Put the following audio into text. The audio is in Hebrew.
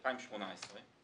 דוח של 2018,